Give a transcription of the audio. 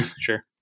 Sure